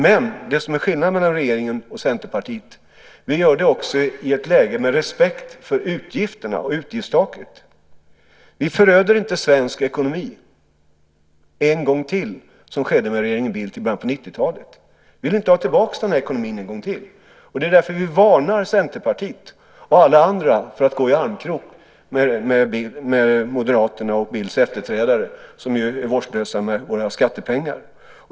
Men det som är skillnaden mellan regeringen och Centerpartiet är att vi också gör det i ett läge med respekt för utgifterna och utgiftstaket. Vi föröder inte svensk ekonomi en gång till som skedde med regeringen Bildt i början på 90-talet. Vi vill inte ha tillbaka den ekonomin en gång till. Det är därför vi varnar Centerpartiet och alla andra för att gå i armkrok med Moderaterna och Bildts efterträdare, som är vårdslösa med våra skattepengar.